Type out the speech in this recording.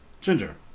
Ginger